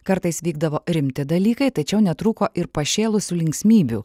kartais vykdavo rimti dalykai tačiau netrūko ir pašėlusių linksmybių